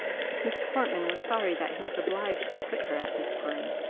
miss portman was sorry that he was obliged to quit her at this time,